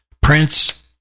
Prince